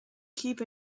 keep